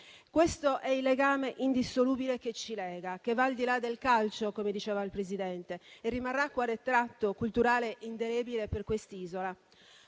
Questo è il legame indissolubile che ci lega, che va al di là del calcio - come diceva il Presidente - e rimarrà quale tratto culturale indelebile per quest'isola.